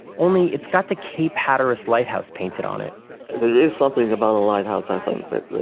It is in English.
only it's got the cape hatteras lighthouse painted on it there is something about a lighthouse, i think, that